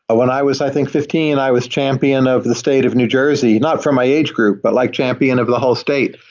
when i was, i think fifteen, i was champion of the state of new jersey not for my age group, but like champion of the whole state.